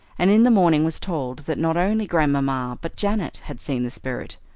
and in the morning was told that not only grandmamma but janet had seen the spirit.